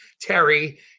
Terry